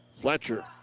Fletcher